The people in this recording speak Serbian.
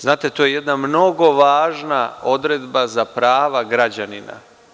Znate, to je jedna mnogo važna odredba za prava građanina.